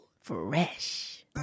Fresh